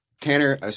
Tanner